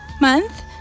month